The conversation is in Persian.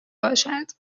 باشد